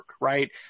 right